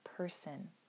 Person